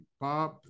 Bob